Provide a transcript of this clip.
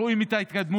רואים את ההתקדמות,